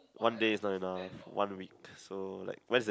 one day is not enough one week so like where's the